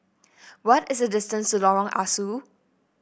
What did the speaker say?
what is the distance to Lorong Ah Soo